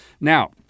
Now